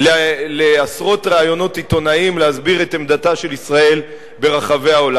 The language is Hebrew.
לעשרות ראיונות עיתונאיים להסביר את עמדתה של ישראל ברחבי העולם.